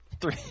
Three